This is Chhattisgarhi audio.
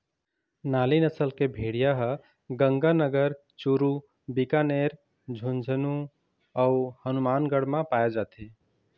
नाली नसल के भेड़िया ह गंगानगर, चूरू, बीकानेर, झुंझनू अउ हनुमानगढ़ म पाए जाथे